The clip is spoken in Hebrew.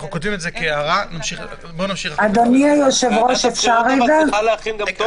אני כותב את זה כהערה, אני רוצה להתקדם.